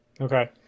Okay